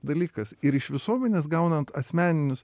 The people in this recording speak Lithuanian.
dalykas ir iš visuomenės gaunant asmeninius